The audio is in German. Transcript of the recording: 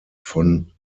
von